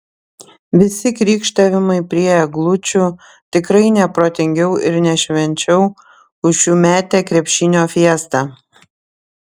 visi krykštavimai prie eglučių tikrai ne protingiau ir ne švenčiau už šiųmetę krepšinio fiestą